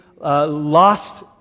lost